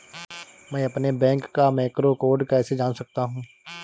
मैं अपने बैंक का मैक्रो कोड कैसे जान सकता हूँ?